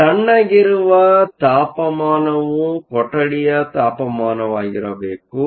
ಆದ್ದರಿಂದ ತಣ್ಣಗಿರುವ ತಾಪಮಾನವು ಕೊಠಡಿಯ ತಾಪಮಾನವಾಗಿರಬೇಕು